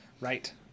Right